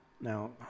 Now